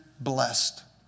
blessed